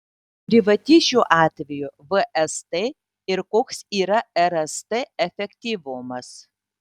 privati šiuo atveju vst ir koks yra rst efektyvumas